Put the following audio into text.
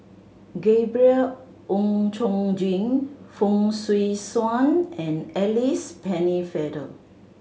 Gabriel Oon Chong Jin Fong Swee Suan and Alice Pennefather